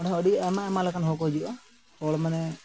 ᱚᱸᱰᱮ ᱦᱚᱸ ᱟᱹᱰᱤ ᱟᱭᱢᱟ ᱟᱭᱢᱟ ᱞᱮᱠᱟᱱ ᱦᱚᱲ ᱠᱚ ᱦᱤᱡᱩᱜᱼᱟ ᱦᱚᱲ ᱢᱟᱱᱮ